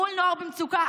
מול נוער במצוקה.